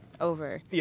over